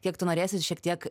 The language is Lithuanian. kiek tu norėsi ir šiek tiek